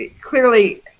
clearly